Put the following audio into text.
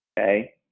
Okay